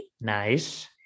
Nice